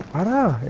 and